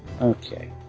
Okay